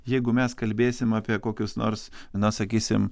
jeigu mes kalbėsim apie kokius nors na sakysim